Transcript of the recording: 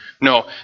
No